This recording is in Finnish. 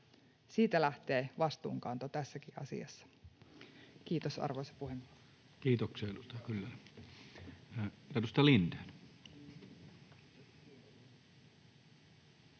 Siitä lähtee vastuunkanto tässäkin asiassa. — Kiitos, arvoisa puhemies. Kiitoksia, edustaja Kyllönen. — Edustaja Lindén.